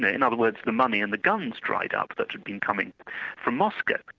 ah in other words the money and the guns dried up that had been coming from moscow.